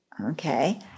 Okay